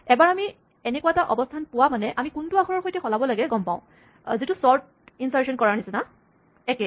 এবাৰ আমি এনেকুৱা এটা অৱস্হান পোৱা মানে আমি কোনটো আখৰৰ সৈতে সলাব লাগে গম পাওঁ যিটো চৰ্ট ইনচাৰচন কৰাৰ নিচিনা একে